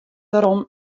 derom